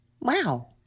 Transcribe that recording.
Wow